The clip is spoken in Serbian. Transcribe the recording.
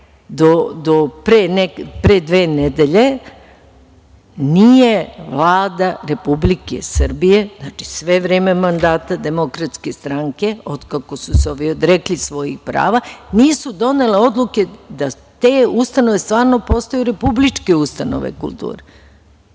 do pre dve nedelje nije Vlada Republike Srbije, znači sve vreme mandata Demokratske stranke od kako su se ovi odrekli svojih prava nisu donele odluke da te ustanove stvarno postaju republičke ustanove kulture,